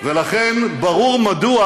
ולכן, ברור מדוע